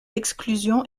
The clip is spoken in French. exclusion